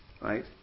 right